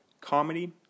comedy